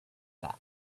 that